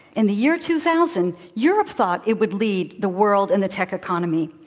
in the year two thousand, europe thought it would lead the world in the tech economy.